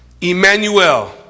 Emmanuel